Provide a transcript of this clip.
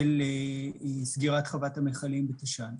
סגירת חוות המכלים בתש”ן,